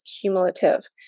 cumulative